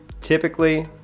typically